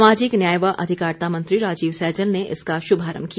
सामाजिक न्याय व अधिकारिता मंत्री राजीव सैजल ने इसका शुभारम्भ किया